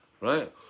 right